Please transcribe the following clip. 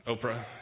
Oprah